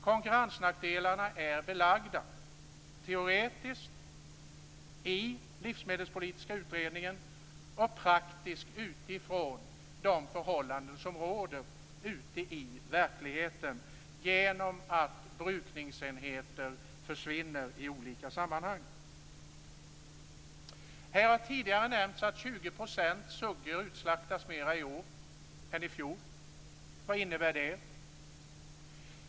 Konkurrensnackdelarna är belagda, teoretiskt i Livsmedelspolitiska utredningen och praktiskt utifrån de förhållanden som råder ute i verkligheten, genom att brukningsenheter försvinner i olika sammanhang. Här har tidigare nämnts att 20 % fler suggor slaktas i år än i fjol. Vad innebär det?